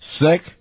sick